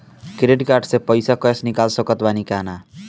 Credit card से पईसा cash निकाल सकत बानी की ना?